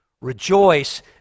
Rejoice